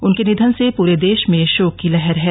उनके निधन से पूरे देश में शोक की लहर है